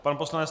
Pan poslanec